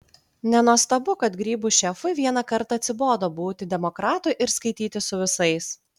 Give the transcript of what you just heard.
nenuostabu kad grybų šefui vieną kartą atsibodo būti demokratu ir skaitytis su visais